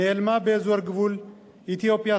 נעלמה באזור גבול אתיופיה-סודן.